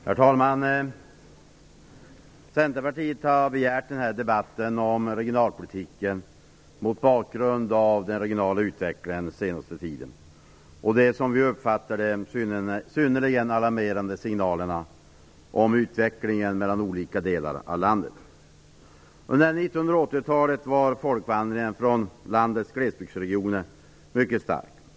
Herr talman! Centerpartiet har begärt denna debatt om regionalpolitiken mot bakgrund av den regionala utvecklingen under den senaste tiden och de, som vi uppfattar dem, synnerligen alarmerande signalerna om utvecklingen i olika delar av landet. Under 1980-talet var folkvandringen från landets glesbygdsregioner mycket stor.